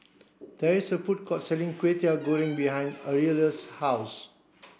there is a food court selling Kway Teow Goreng behind Aurelio's house